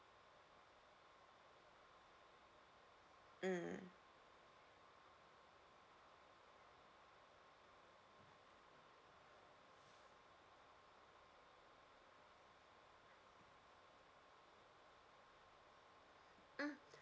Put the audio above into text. mm mm